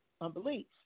unbelief